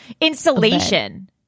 Insulation